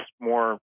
more